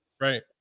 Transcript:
Right